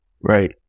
right